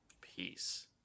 Peace